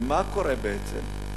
מה קורה בעצם?